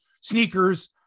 sneakers